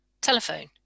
telephone